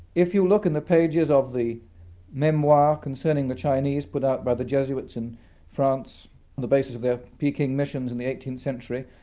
if you look in the pages of the memoir concerning the chinese put out by the jesuits in france on the basis of their beijing missions in the eighteenth century,